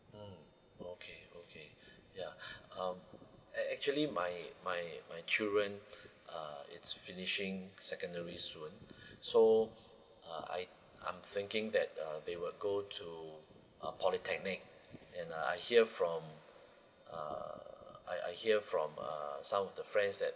mm okay okay ya um actually my my my children uh is finishing secondary soon so uh I I'm thinking that uh they will go to a polytechnic and I hear from uh I I hear from uh some of the friends that